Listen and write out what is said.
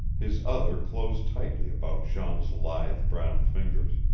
his other closed tightly about jean's lithe brown fingers.